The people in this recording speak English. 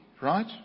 right